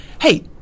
Hey